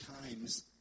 times